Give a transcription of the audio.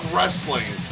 Wrestling